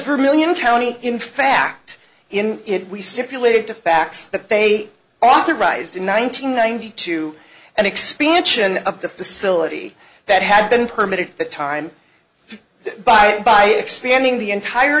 her million county in fact in it we stipulated to facts that they authorized in one nine hundred ninety two an expansion of the facility that had been permitted the time by by expanding the entire